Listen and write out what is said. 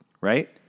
Right